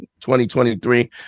2023